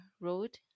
road